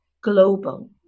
global